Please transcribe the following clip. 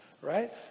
right